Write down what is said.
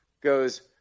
goes